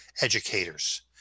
educators